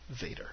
Vader